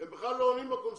הם בכלל לא עונים בקונסוליות.